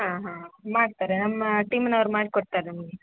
ಹಾಂ ಹಾಂ ಮಾಡ್ತಾರೆ ನಮ್ಮ ಟೀಮ್ನವರು ಮಾಡ್ಕೊಡ್ತಾರೆ ನಿಮಗೆ